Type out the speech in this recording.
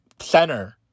center